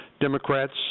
Democrats –